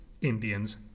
Indians